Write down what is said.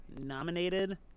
nominated